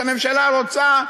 כשהממשלה רוצה,